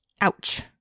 Ouch